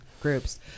groups